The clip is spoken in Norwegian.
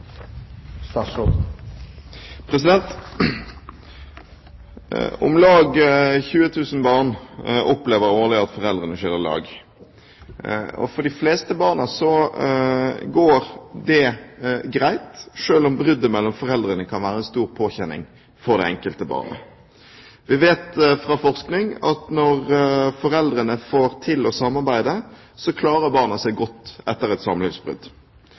Om lag 20 000 barn opplever årlig at foreldrene skiller lag, og for de fleste barn går dette greit, selv om bruddet mellom foreldrene kan være en stor påkjenning for enkelte barn. Vi vet fra forskning at når foreldrene får til å samarbeide, klarer barna seg godt etter et